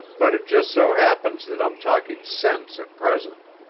but it just so happens that i'm talking sense at present.